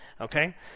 Okay